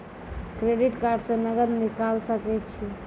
Credit card से नगद निकाल सके छी?